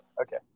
Okay